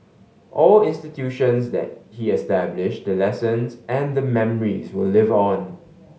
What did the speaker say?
all institutions that he established the lessons and the memories will live on